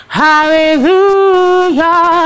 hallelujah